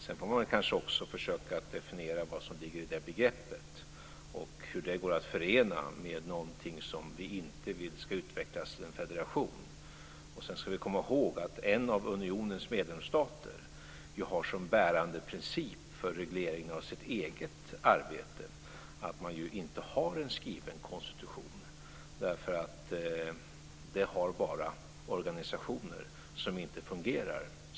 Sedan får man kanske också försöka definiera vad som ligger i det begreppet och hur det går att förena med någonting som vi inte vill ska utvecklas till en federation. Sedan ska vi komma ihåg att en av unionens medlemsstater har som bärande princip för regleringen av sitt eget arbete att man inte har en skriven konstitution, därför att skrivna regler har bara organisationer som inte fungerar.